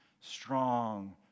strong